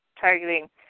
targeting